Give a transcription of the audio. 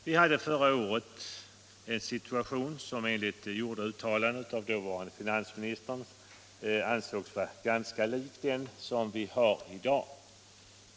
Vi hade förra året en konjunkturutveckling framför oss som enligt uttalanden av dåvarande finansministern ansågs vara ganska lik den vi har i dag.